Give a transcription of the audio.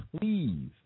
please